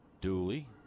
Dooley